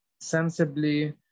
sensibly